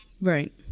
Right